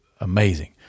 amazing